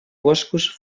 boscos